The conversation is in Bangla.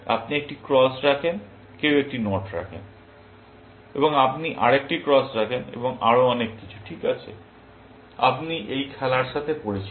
আপনি একটি ক্রস রাখেন কেউ একটি নট রাখেন এবং আপনি আরেকটি ক্রস রাখেন এবং আরও অনেক কিছু ঠিক আছে আপনি এই খেলার সাথে পরিচিত